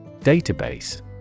Database